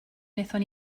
wnaethon